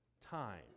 time